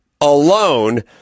alone